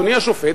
אדוני השופט,